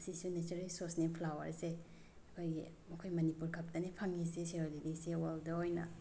ꯑꯁꯤꯁꯨ ꯅꯦꯆꯔꯦꯜ ꯔꯤꯁꯣꯔꯁꯅꯤ ꯐ꯭ꯂꯥꯎꯋꯔꯁꯦ ꯑꯩꯈꯣꯏꯒꯤ ꯑꯩꯈꯣꯏ ꯃꯅꯤꯄꯨꯔ ꯈꯛꯇꯅꯦ ꯐꯪꯉꯤꯁꯦ ꯁꯤꯔꯣꯏ ꯂꯤꯂꯤꯁꯦ ꯋꯥꯔꯜꯗ ꯑꯣꯏꯅ